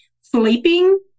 sleeping